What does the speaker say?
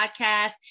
podcast